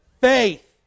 Faith